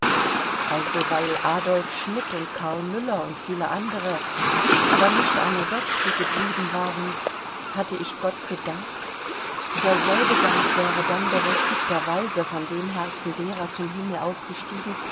also weil adolf schmidt und karl müller und viele andere aber nicht arno dotzky geblieben waren hatte ich gott gedankt derselbe dank wäre dann berechtigterweise von dem herzen derer zum himmel aufgestiegen